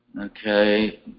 Okay